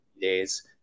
days